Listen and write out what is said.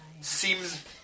seems